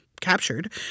captured